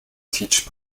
teach